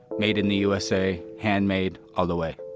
made in the usa, handmade, all the way.